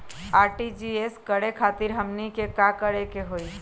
RTGS करे खातीर हमनी के का करे के हो ई?